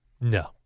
No